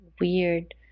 weird